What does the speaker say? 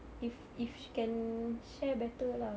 if if sh~ can share better lah